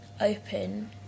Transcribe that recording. open